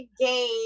game